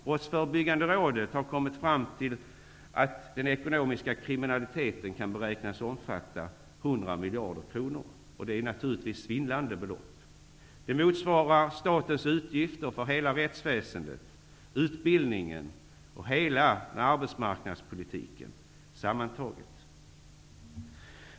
Brottsförebyggande rådet har kommit fram till att den ekonomiska kriminaliteten kan beräknas omfatta 100 miljarder kronor, och det är naturligtvis svindlande belopp. Det motsvarar statens utgifter för hela rättsväsendet, utbildningsväsendet och arbetsmarknadspolitiken sammantaget.